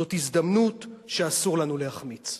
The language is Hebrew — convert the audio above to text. זאת הזדמנות שאסור לנו להחמיץ.